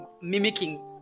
mimicking